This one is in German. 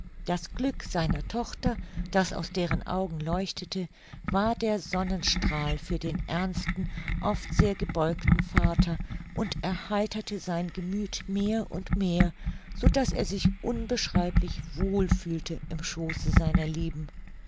das glück seiner tochter das aus deren augen leuchtete war der sonnenstrahl für den ernsten oft sehr gebeugten vater und erheiterte sein gemüth mehr und mehr so daß er sich unbeschreiblich wohl fühlte im schooße seiner lieben